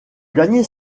gagner